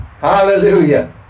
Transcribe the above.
hallelujah